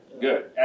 Good